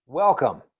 Welcome